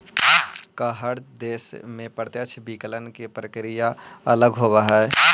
का हर देश में प्रत्यक्ष विकलन के प्रक्रिया अलग होवऽ हइ?